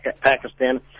Pakistan